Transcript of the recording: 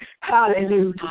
hallelujah